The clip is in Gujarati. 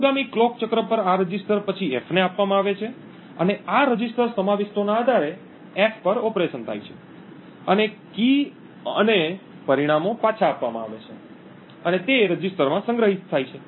અનુગામી કલોક ચક્ર પર આ રજિસ્ટર પછી F ને આપવામાં આવે છે અને આ રજીસ્ટર સમાવિષ્ટોના આધારે F પર ઓપરેશન થાય છે અને ચાવી અને પરિણામો પાછા આપવામાં આવે છે અને રજિસ્ટરમાં સંગ્રહિત થાય છે